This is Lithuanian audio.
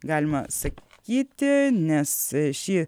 galima sakyti nes šį